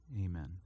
Amen